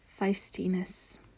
Feistiness